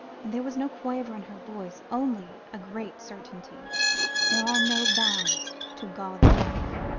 and there was no quaver in her voice, only a great certainty there are no bounds to god's love.